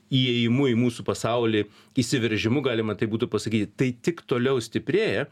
įėjimu į mūsų pasaulį įsiveržimu galima taip būtų pasakyti tai tik toliau stiprėja